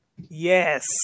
Yes